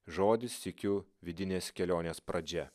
žodis sykiu vidinės kelionės pradžia